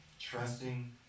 trusting